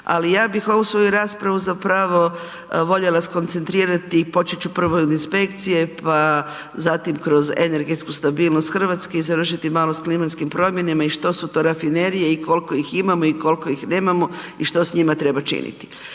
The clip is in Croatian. ali ja bih ovu svoju raspravu zapravo voljela skocentrirati i počet ću prvo od inspekcije pa zatim kroz energetsku stabilnost Hrvatske i završiti malo sa klimatskim promjenama i što su to rafinerije i koliko ih imamo i koliko ih nemamo i što s njima treba činiti.